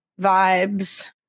vibes